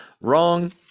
Wrong